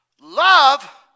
Love